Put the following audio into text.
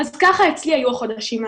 אז ככה אצלי היו החודשים האחרונים.